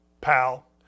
pal